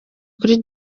kuri